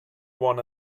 one